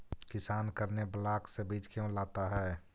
किसान करने ब्लाक से बीज क्यों लाता है?